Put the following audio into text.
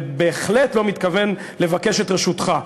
אני בהחלט לא מתכוון לבקש את רשותך.